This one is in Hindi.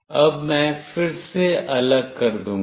अब मैं फिर से अलग कर दूंगा